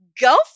go